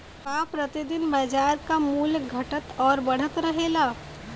का प्रति दिन बाजार क मूल्य घटत और बढ़त रहेला?